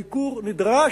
הייקור נדרש,